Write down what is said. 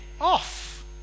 off